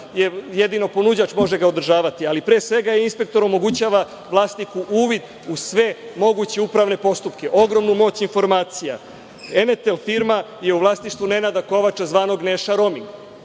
jedino ponuđač može ga održavati, ali pre svega e-inspektor omogućava vlasniku uvid u sve moguće upravne postupke, ogromnu moć informacija. Firma „Emetel“ je u vlasništvu Nenada Kovača, zvanog Neša roming.